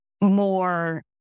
more